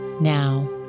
now